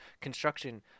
construction